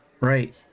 Right